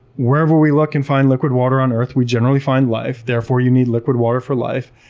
wherever we look and find liquid water on earth, we generally find life. therefore, you need liquid water for life.